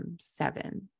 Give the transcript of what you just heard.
seven